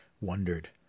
wondered